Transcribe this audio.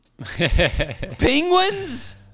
Penguins